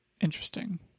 Interesting